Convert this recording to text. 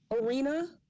arena